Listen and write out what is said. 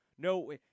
No